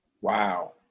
wow